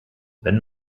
wenn